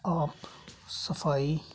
ਆਪ ਸਫ਼ਾਈ